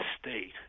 state –